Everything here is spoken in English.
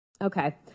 Okay